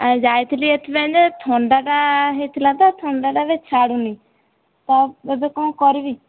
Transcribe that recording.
ଆଉ ଯାଇଥିଲି ଏଥିପାଇଁ ଯେ ଥଣ୍ଡାଟା ହୋଇଥିଲା ତ ଥଣ୍ଡାଟା ଟିକିଏ ଛାଡ଼ୁନି ତ ଏବେ କ'ଣ କରିବି